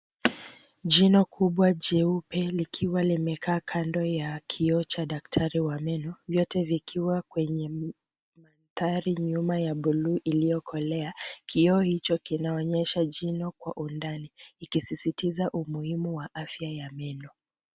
Jino kubwa jeupe likiwa limekaa kando ya kioo cha daktari wa meno, vyote vikiwa kwenye tayari nyuma ya bluu iliyokolea. Kioo hicho kinaonyesha jino kwa undani ikisisitiza umuhimu wa afya ya meno.